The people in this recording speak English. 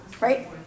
right